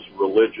religious